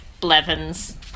Blevins